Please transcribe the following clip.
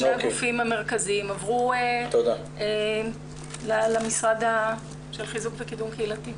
שני הגופים המרכזיים עברו למשרד של חיזוק וקידום קהילתי.